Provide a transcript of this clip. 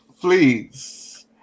Please